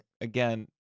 again